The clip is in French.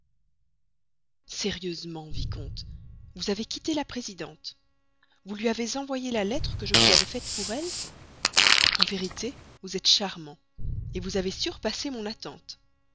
sérieusement vicomte vous avez quitté la présidente vous lui avez envoyé la lettre que je vous avais faite pour elle en vérité vous êtes charmant vous avez surpassé mon attente